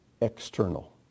external